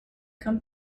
come